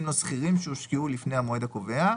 לא סחירים שהושקעו לפני המועד הקובע,